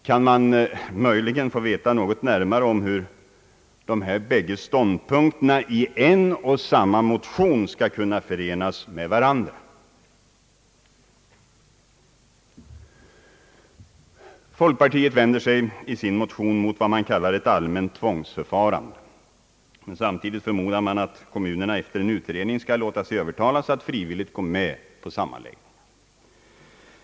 Kan man möjligen få veta något närmare om hur dessa båda ståndpunkter i en och samma motion skall kunna förenas med varandra? Folkpartiet vänder sig i sin motion mot vad man kallar ett allmänt tvångsförfarande, men samtidigt förmodar man att kommunerna efter en utredning skall låta sig övertalas att frivilligt gå med på sammanläggningen.